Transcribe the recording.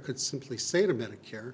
could simply say to medicare